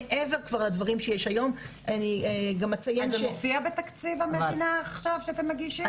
מעבר לדברים שכבר יש היום זה מופיע עכשיו בתקציב המדינה שאתם מגישים?